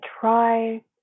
try